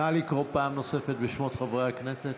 נא לקרוא פעם נוספת בשמות חברי הכנסת.